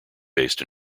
based